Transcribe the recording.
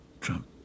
Trump